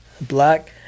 black